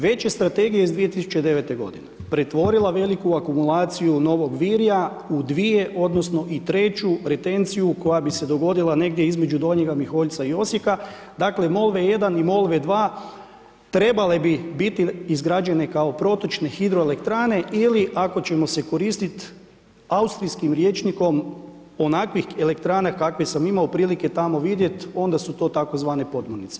Veće strategije iz 2009. g. pretvorila veliku akumulaciju Novog Virja, u 2 odnosno i 3 retenciju, koja bi se dogodila negdje između Donjega Miholjca i Osijeka dakle, Molve 1 i Molve 2 trebale bi biti izgrađene kao protočne hidroelektrane, ili ako ćemo se koristiti Austrijskom rječnikom onakve elektrane kakve sam imao prilike tamo vidjeti, onda su to tzv. podmornice.